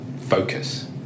focus